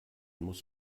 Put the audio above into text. muss